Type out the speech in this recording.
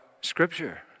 Scripture